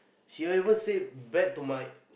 she will even said bad to my